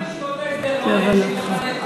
למה ישיבות ההסדר לא, שוויון בנטל?